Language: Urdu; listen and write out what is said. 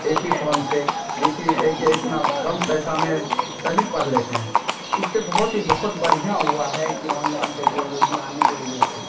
ایک ہی فون سے ایک ہی فون سے ایک یہ کہ اتنا کم پیسہ میں سبھی پڑھ لیتے ہیں اس سے بہت ہی بہت بڑھیا ہوا ہے کہ آن لائن ٹیکنالوجی آنے کے وجہ سے